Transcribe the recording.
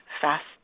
fast